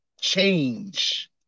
change